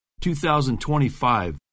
2025